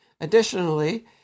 Additionally